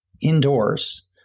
indoors